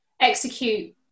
execute